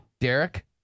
Derek